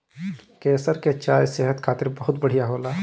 केसर के चाय सेहत खातिर बहुते बढ़िया होला